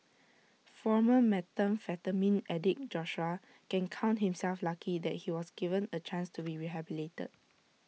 former methamphetamine addict Joshua can count himself lucky that he was given A chance to be rehabilitated